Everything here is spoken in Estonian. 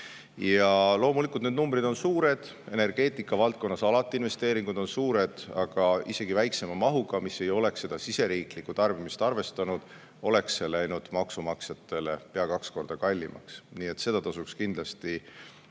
Ja loomulikult, need numbrid on suured, energeetikavaldkonnas alati investeeringud on suured, aga isegi väiksema mahuga, mis ei oleks riigisisest tarbimist arvestanud, oleks see läinud maksumaksjatele pea kaks korda kallimaks. Nii et seda tasuks kindlasti